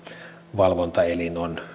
valvontaelin on